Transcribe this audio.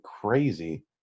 crazy